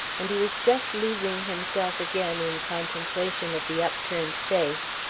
and he was just losing himself again in contemplation of the upturned face,